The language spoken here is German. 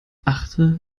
achte